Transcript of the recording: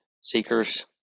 seekers